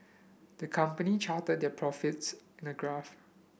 the company charted their profits in a graph